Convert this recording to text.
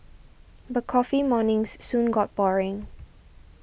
but coffee mornings soon got boring